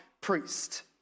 priest